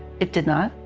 it did not.